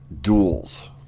duels